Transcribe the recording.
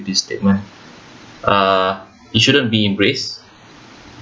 this statement uh it shouldn't be embrace